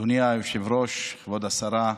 אדוני היושב-ראש, כבוד השרה,